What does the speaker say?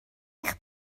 eich